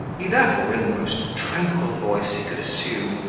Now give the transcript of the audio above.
he, therefore, in the most tranquil voice he could assume,